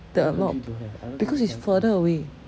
there are a lot because it's further away